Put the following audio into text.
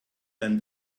and